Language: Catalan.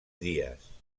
dies